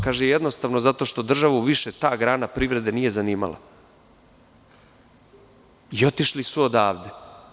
Kaže – jednostavno, zato što državu više ta grana privrede nije zanimala i otišli su odavde.